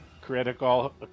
Critical